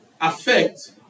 affect